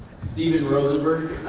steven rosenberg.